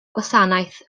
gwasanaeth